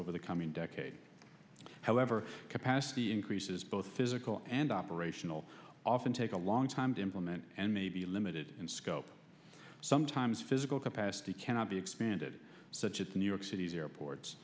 over the coming decade however capacity increases both physical and operational often take a long time to implement and may be limited in scope sometimes physical capacity cannot be expanded such as new york city airports